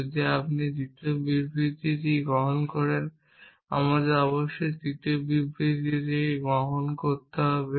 যদি আপনি দ্বিতীয় বিবৃতিটি গ্রহণ করেন আমাদের অবশ্যই তৃতীয় বিবৃতিটি গ্রহণ করতে হবে